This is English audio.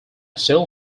still